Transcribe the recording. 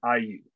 IU